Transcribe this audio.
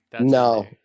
no